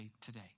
today